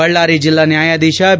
ಬಳ್ಳಾರಿ ಜಿಲ್ಲಾ ನ್ಕಾಯಾಧೀಶ ಬಿ